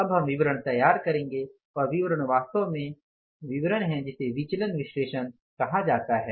अब हम विवरण तैयार करेंगे और विवरण वास्तव में विवरण है जिसे विचलन विश्लेषण कहा जाता है